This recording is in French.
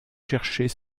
chercher